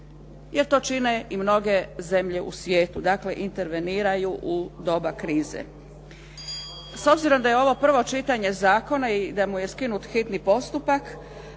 jer to čine i mnoge zemlje u svijetu. Dakle, interveniraju u doba krize. S obzirom da je ovo prvo čitanje zakona i da mu je skinut prvi postupak,